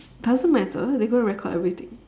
doesn't matter they're gonna record everything